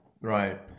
right